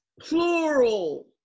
plural